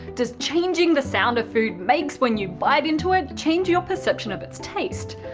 does changing the sound a food makes when you bite into it change your perception of its taste?